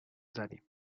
زدیم